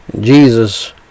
Jesus